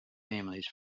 families